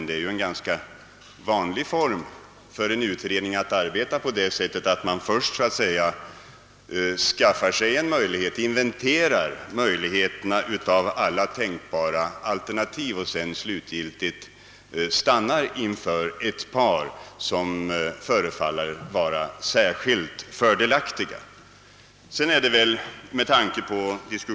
Det är ganska vanligt att en utredning arbetar så, att den först inventerar alla tänkbara alternativ och sedan slutgiltigt stannar inför ett par som förefaller särskilt fördelaktiga.